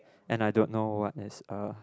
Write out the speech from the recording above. and I don't know what is a